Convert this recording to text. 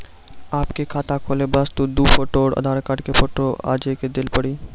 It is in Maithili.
आपके खाते खोले वास्ते दु फोटो और आधार कार्ड के फोटो आजे के देल पड़ी?